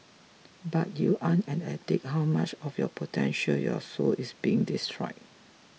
but you're an addict how much of your potential your soul is being destroyed